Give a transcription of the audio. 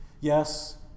Yes